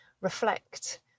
reflect